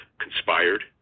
conspired